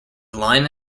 line